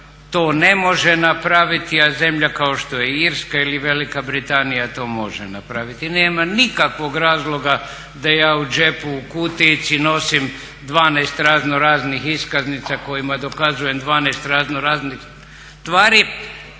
to ne može napraviti, a zemlje kao što je Irska ili Velika Britanija to može napraviti. Nema nikakvog razloga da ja u džepu u kutijici nosim 12 raznoraznih iskaznica kojima dokazujem 12 raznoraznih stvari